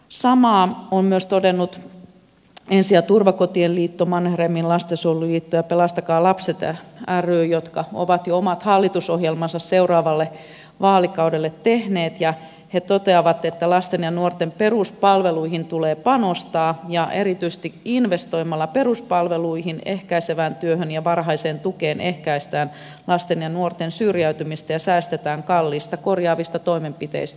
samaa ovat myös todenneet ensi ja turvakotien liitto mannerheimin lastensuojeluliitto ja pelastakaa lapset ry jotka ovat jo omat hallitusohjelmansa seuraavalle vaalikaudelle tehneet ja ne toteavat että lasten ja nuorten peruspalveluihin tulee panostaa ja että erityisesti investoimalla peruspalveluihin ehkäisevään työhön ja varhaiseen tukeen ehkäistään lasten ja nuorten syrjäytymistä ja säästetään kalliista korjaavista toimenpiteistä